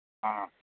ꯑꯥ